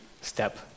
step